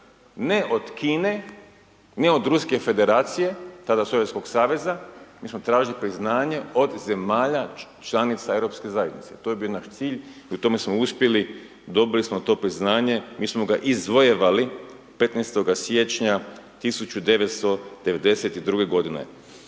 ne od Kine, ne od Ruske Federacije, tada Sovjetskog Saveza, mi smo tražili priznanje od zemalja članica europske zajednice, to je bio naš cilj i u tome smo uspjeli, dobili smo to priznanje, mi smo ga izvojevali 15. siječnja 1992. godine.